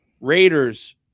Raiders